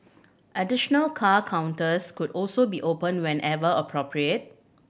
additional car counters could also be opened whenever appropriate